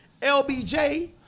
LBJ